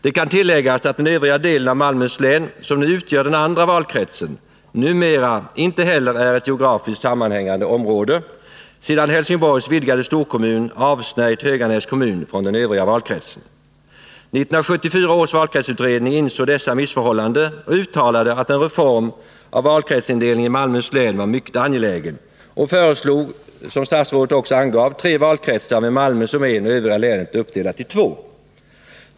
Det kan tilläggas att den övriga delen av Malmöhus län, som nu utgör den andra valkretsen, numera inte heller är ett geografiskt sammanhängande område sedan Helsingborgs vidgade storkommun avsnört Höganäs kommun från den övriga valkretsen. 1974 års valkretsutredning insåg dessa missförhållanden och uttalade att en reform av valkretsindelningen i Malmöhus län var mycket angelägen samt föreslog, som statsrådet också angav, tre valkretsar med Malmö som en och övriga länet uppdelat i två.